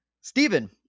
Stephen